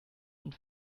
und